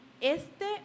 este